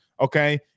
Okay